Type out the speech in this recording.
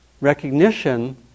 Recognition